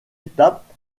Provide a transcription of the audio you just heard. étape